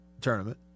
tournament